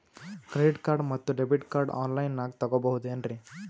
Credit card ಮತ್ತು debit card on ಲೈನಾಗ್ ತಗೋಬಹುದೇನ್ರಿ?